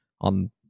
on